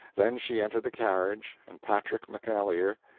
then she entered the carriage, and patrick mcaleer,